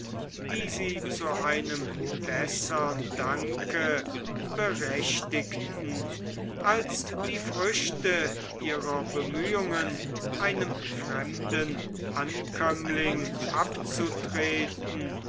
die sie zu einem bessern danke berechtigten als die früchte ihrer bemühungen einem fremden ankömmling abzutreten